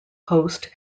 post